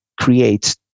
creates